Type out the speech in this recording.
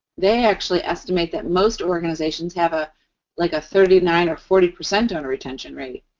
they actually estimate that most organizations have a like a thirty nine or forty percent donor retention rate.